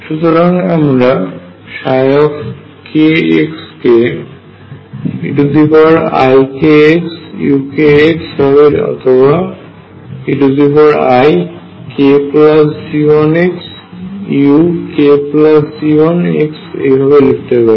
সুতরাং আমরা kx কে eikxukx ভাবে অথবা eikG1xukG1 এই ভাবে লিখতে পারি